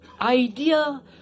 idea